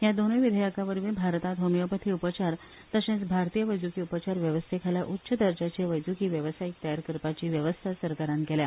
ह्या दोनूय विधेयकांवरवी भारतांत होमिओपथी उपचार तशेंच भारतीय वैजकी उपचार वेवस्थेखाला उच्च दर्जाचे वैजकी व्यवसायीक तयार करपाची वेवस्था सरकारान केल्या